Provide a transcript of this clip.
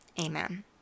amen